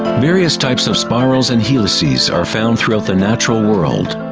various types of spirals and helices are found throughout the natural world.